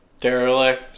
Derelict